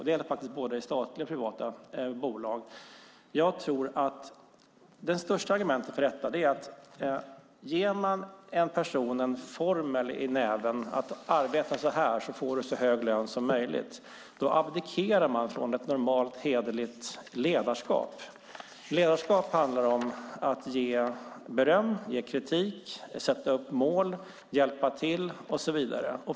Det gäller både i statliga och i privata bolag. Det viktigaste argumentet för detta är att om man ger en person en formel och säger "arbeta så här, så får du så hög lön som möjligt" så abdikerar man från normalt hederligt ledarskap. Ledarskap handlar om att ge beröm, ge kritik, sätta upp mål, hjälpa till och så vidare.